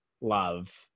love